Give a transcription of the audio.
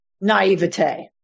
naivete